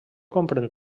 comprèn